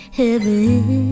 heaven